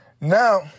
Now